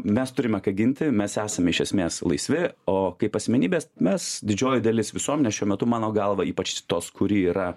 mes turime ką ginti mes esame iš esmės laisvi o kaip asmenybės mes didžioji dalis visuomenės šiuo metu mano galva ypač tos kuri yra